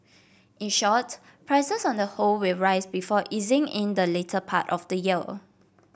in short prices on the whole will rise before easing in the latter part of the year